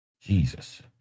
Jesus